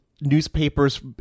newspapers